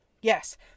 Yes